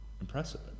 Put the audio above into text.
impressive